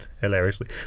hilariously